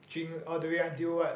drink all the way until what